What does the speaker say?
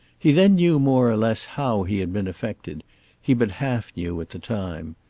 he then knew more or less how he had been affected he but half knew at the time.